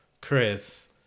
Chris